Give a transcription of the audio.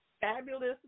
fabulous